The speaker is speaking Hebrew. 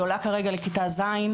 היא עולה כרגע לכיתה ז'.